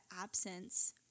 absence